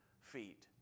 feet